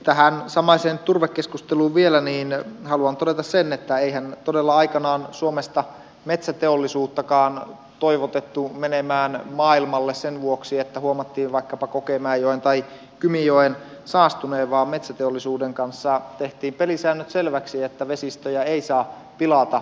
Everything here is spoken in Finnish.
tähän samaiseen turvekeskusteluun vielä haluan todeta sen että eihän todella aikanaan suomesta metsäteollisuuttakaan toivotettu menemään maailmalle sen vuoksi että huomattiin vaikkapa kokemäenjoen tai kymijoen saastuneen vaan metsäteollisuuden kanssa tehtiin pelisäännöt selväksi että vesistöjä ei saa pilata